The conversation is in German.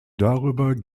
darüber